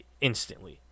instantly